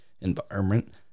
environment